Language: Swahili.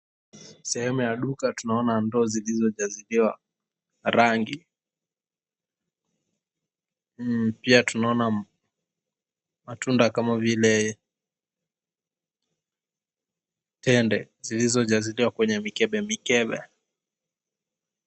Sehemu ya duka tunaona ndoo zilizojaziliwa rangi, pia tunaona matunda kama vile tende zilizojaziliwa kwenye mikebe mikebe.